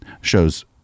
shows